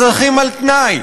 אזרחים על-תנאי,